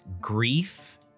grief